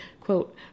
quote